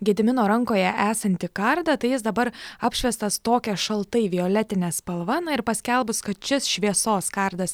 gedimino rankoje esantį kardą tai jis dabar apšviestas tokia šaltai violetine spalva na ir paskelbus kad šis šviesos kardas